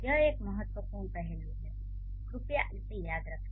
यह एक महत्वपूर्ण पहलू है कृपया इसे याद रखें